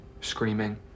screaming